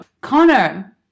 Connor